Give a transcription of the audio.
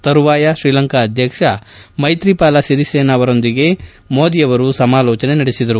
ತರುವಾಯ ಶ್ರೀಲಂಕಾ ಅಧ್ಯಕ್ಷ ಮೈತ್ರಿಪಾಲ ಸಿರಿಸೇನಾ ಅವರೊಂದಿಗೆ ಮೋದಿ ಅವರು ಸಮಾಲೋಜನೆ ನಡೆಸಿದರು